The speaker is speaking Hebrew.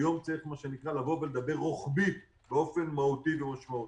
היום צריך לדבר רוחבית באופן מהותי ומשמעותי.